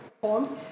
forms